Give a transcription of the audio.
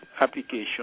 application